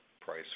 price